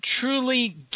truly